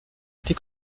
était